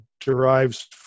derives